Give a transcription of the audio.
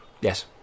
Yes